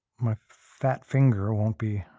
my fat finger won't be.